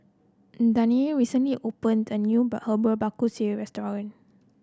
Danyelle recently opened a new Herbal Bak Ku Teh Restaurant